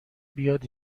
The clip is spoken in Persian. بیاد